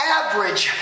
average